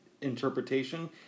interpretation